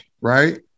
right